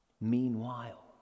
Meanwhile